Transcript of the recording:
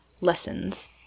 LESSONS